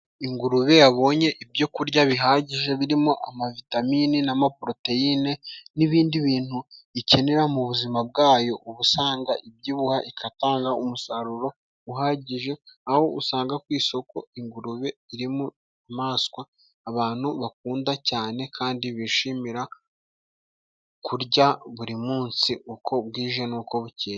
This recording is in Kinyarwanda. Ingurube yabonye ibyo kurya bihagije birimo amavitamine n'amaporoteyine n'ibindi bintu ikenera, mu buzima bwayo uba usanga ibyibuha igatanga umusaruro uhagije. Aho usanga ku isoko ingurube iri mu nyamaswa abantu bakunda cyane, kandi bishimira kurya buri munsi uko bwije n'uko bukeye.